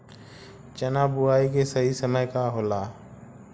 चना बुआई के सही समय का होला?